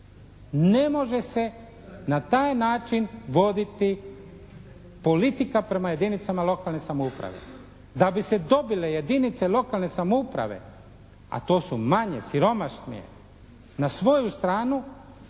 Ne može se na taj način voditi politika prema jedinicama lokalne samouprave. Da bi se dobile jedinice lokalne samouprave, a to su manje siromašne, na svoju stranu